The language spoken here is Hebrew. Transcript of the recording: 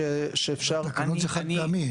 שאפשר --- תקנות זה חד-פעמי.